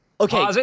Okay